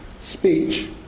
speech